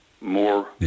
more